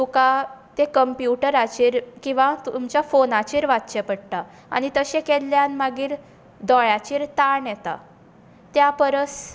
तुका तें कंप्यूटराचेर किंवा तुमच्या फॉनाचेर वाचचें पडटा आनी तशें केल्ल्यान मागीर दोळ्यांचेर ताण येता त्या परस